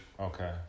Okay